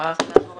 ננעלה